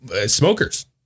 Smokers